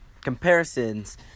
comparisons